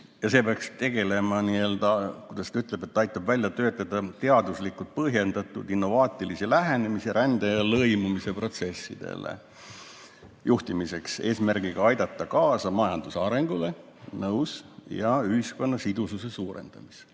see peaks tegelema, kuidas ta ütlebki ... Ta aitab välja töötada teaduslikult põhjendatud innovaatilisi lähenemisi rände- ja lõimumise protsesside juhtimiseks eesmärgiga aidata kaasa majanduse arengule – nõus! – ja ühiskonna sidususe suurendamisele.